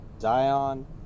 Zion